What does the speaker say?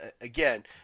again